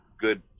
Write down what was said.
good